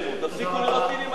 תפסיקו לירות טילים עלינו.